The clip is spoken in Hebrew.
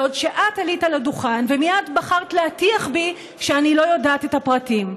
בעוד שאת עלית על הדוכן ומייד בחרת להטיח בי שאני לא יודעת את הפרטים.